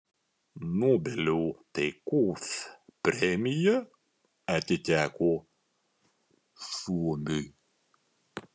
nobelio taikos premija atiteko suomiui